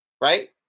right